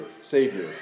Savior